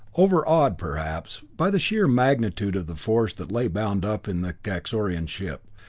overawed perhaps, by the sheer magnitude of the force that lay bound up in the kaxorian ship.